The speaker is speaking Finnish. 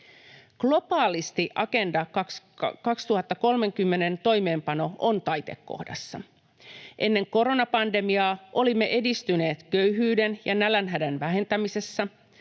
Globaalisti Agenda 2030:n toimeenpano on taitekohdassa. Ennen koronapandemiaa olimme edistyneet köyhyyden ja nälänhädän vähentämisessä,